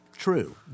true